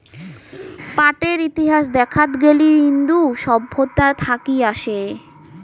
পাটের ইতিহাস দেখাত গেলি ইন্দু সভ্যতা থাকি আসে